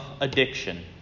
addiction